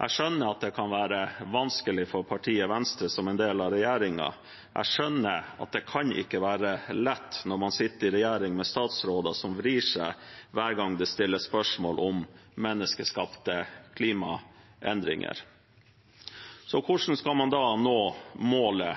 Jeg skjønner det kan være vanskelig for partiet Venstre som er en del av regjeringen, og jeg skjønner det ikke kan være lett når man sitter i en regjering med statsråder som vrir seg hver gang det stilles spørsmål om menneskeskapte klimaendringer. Hvordan skal man da nå målet